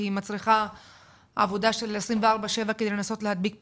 מצריכה עבודה של 24/7 כדי לנסות להדביק פערים.